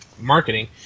marketing